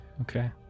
Okay